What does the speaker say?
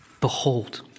Behold